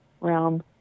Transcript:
realm